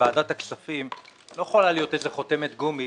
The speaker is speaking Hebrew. שוועדת הכספים לא יכולה להיות איזה חותמת גומי